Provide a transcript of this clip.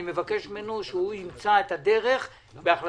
אני מבקש ממנו שהוא ימצא את הדרך בהחלטת